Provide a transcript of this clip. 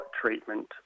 treatment